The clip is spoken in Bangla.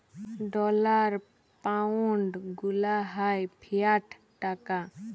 ডলার, পাউনড গুলা হ্যয় ফিয়াট টাকা